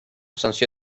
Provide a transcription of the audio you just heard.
sanció